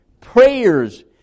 prayers